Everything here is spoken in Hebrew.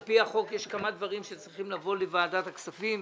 פי החוק יש כמה דברים שצריכים לבוא לוועדת הכספים,